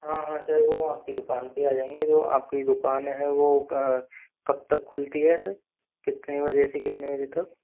हाँ हाँ सर वो आपकी दुकान पे ही आ जायेंगे जो आपकी दुकान है वो कब तक खुलती हैं सर कितने बजे से कितने बजे तक